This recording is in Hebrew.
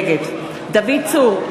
נגד דוד צור,